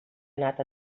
anat